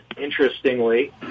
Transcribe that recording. interestingly